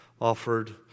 offered